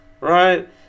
right